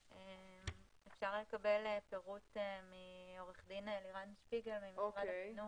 אפשר לקבל פירוט מעוןרך דין לירן שפיגל ממשרד החינוך.